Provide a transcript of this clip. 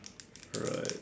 right